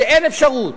שאין אפשרות,